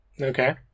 Okay